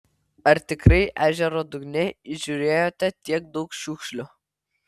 ar tikrai ežero dugne įžiūrėjote tiek daug šiukšlių